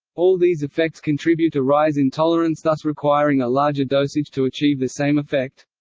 all these effects contribute a rise in tolerance thus requiring a larger dosage to achieve the same effect.